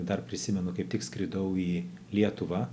dar prisimenu kaip tik skridau į lietuvą